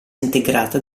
integrata